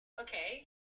Okay